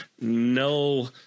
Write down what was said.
no